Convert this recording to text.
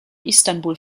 istanbul